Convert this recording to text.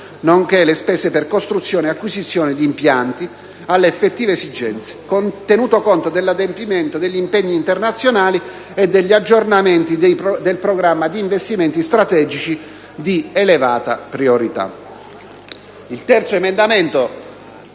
nonché le spese per costruzione e acquisizione di impianti, eccetera alle effettive esigenze, tenuto conto dell'adempimento degli impegni internazionali e degli aggiornamenti del programma di investimenti strategici di elevata priorità.